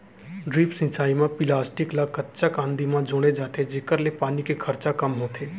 drip सिंचई म plastic ल कच्चा कांदी म जोड़े जाथे जेकर ले पानी के खरचा कम होथे